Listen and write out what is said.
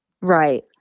Right